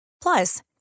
Plus